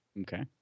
Okay